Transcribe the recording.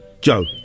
joe